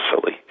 silly